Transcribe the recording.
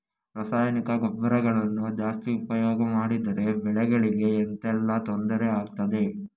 ರಾಸಾಯನಿಕ ಗೊಬ್ಬರಗಳನ್ನು ಜಾಸ್ತಿ ಉಪಯೋಗ ಮಾಡಿದರೆ ಬೆಳೆಗಳಿಗೆ ಎಂತ ಎಲ್ಲಾ ತೊಂದ್ರೆ ಆಗ್ತದೆ?